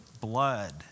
blood